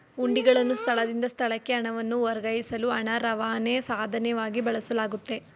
ಹುಂಡಿಗಳನ್ನು ಸ್ಥಳದಿಂದ ಸ್ಥಳಕ್ಕೆ ಹಣವನ್ನು ವರ್ಗಾಯಿಸಲು ಹಣ ರವಾನೆ ಸಾಧನವಾಗಿ ಬಳಸಲಾಗುತ್ತೆ